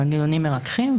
מנגנונים מרככים,